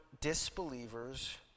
disbelievers